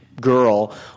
girl